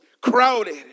crowded